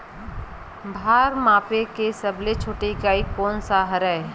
भार मापे के सबले छोटे इकाई कोन सा हरे?